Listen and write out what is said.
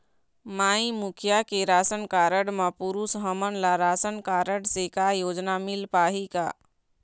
माई मुखिया के ration card म पुरुष हमन ला रासनकारड से का योजना मिल पाही का?